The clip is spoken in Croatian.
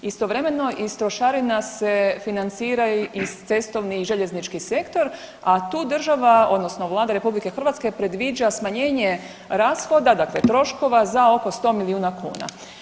Istovremeno iz trošarina se financiraju i cestovni i željeznički sektor, a tu država odnosno Vlada RH predviđa smanjenje rashoda, dakle troškova za oko 100 miliona kuna.